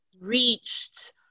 reached